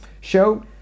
show